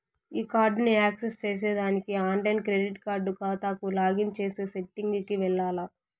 ఈ కార్డుని యాక్సెస్ చేసేదానికి ఆన్లైన్ క్రెడిట్ కార్డు కాతాకు లాగిన్ చేసే సెట్టింగ్ కి వెల్లాల్ల